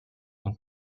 und